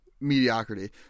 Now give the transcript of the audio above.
mediocrity